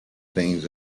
things